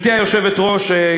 גברתי היושבת-ראש,